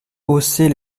hausser